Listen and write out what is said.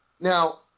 Now